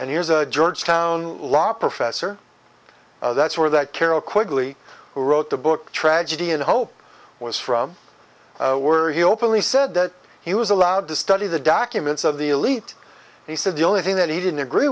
and here's a georgetown law professor that's where that carol quigley who wrote the book tragedy and hope was from were he openly said that he was allowed to study the documents of the elite he said the only thing that he didn't agree